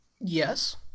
Yes